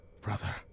brother